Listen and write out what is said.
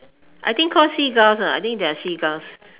I think call seagulls ah I think they're seagulls